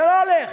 זה לא הולך.